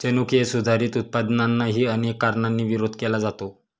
जनुकीय सुधारित उत्पादनांनाही अनेक कारणांनी विरोध केला जातो